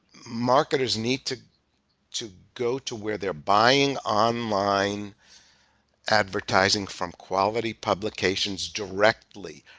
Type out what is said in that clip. marketers need to to go to where they're buying online advertising from quality publications directly,